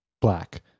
black